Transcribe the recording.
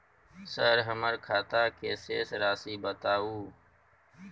Sir हमर खाता के शेस राशि बताउ?